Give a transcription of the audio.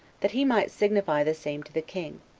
that he might signify the same to the king.